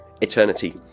eternity